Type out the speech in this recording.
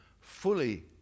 fully